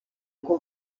ngo